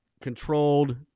controlled